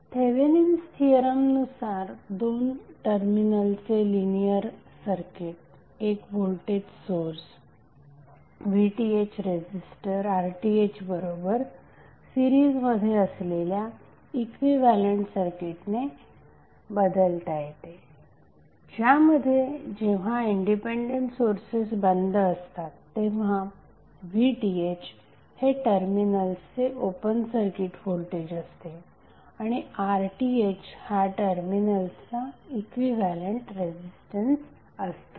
Thevenin's theorem नुसार दोन terminal चे लिनियर सर्किट एक व्होल्टेज सोर्स VTh रेझिस्टर RThबरोबर सिरीजमध्ये असलेल्या इक्विव्हॅलेंट सर्किटने रिप्लेस होते ज्यामध्ये जेव्हा इंडिपेंडेंट सोर्सेस बंद असतात तेव्हाVTh हे टर्मिनल्सचे ओपन सर्किट व्होल्टेज असते आणि RTh हा टर्मिनल्सचा इक्विव्हॅलेंट रेझिस्टन्स असतो